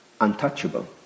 untouchable